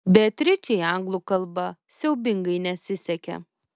beatričei anglų kalba siaubingai nesisekė